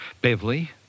Beverly